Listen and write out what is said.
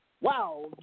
wow